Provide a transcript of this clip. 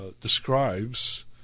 describes